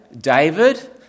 David